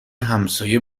همسایه